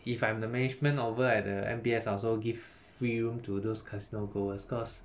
if I'm the management over at the M_B_S I also give free room to those casino goers because